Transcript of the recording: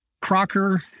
Crocker